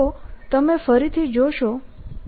તો તમે ફરીથી જોશો કે